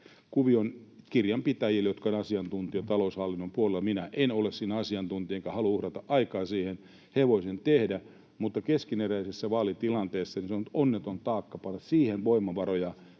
kirjanpitäjille, jotka ovat asiantuntijoita taloushallinnon puolella. Minä en ole siinä asiantuntija enkä halua uhrata aikaa siihen. He voivat sen tehdä. Mutta keskeneräisessä vaalitilanteessa on onneton taakka panna siihen voimavaroja,